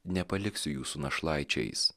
nepaliksiu jūsų našlaičiais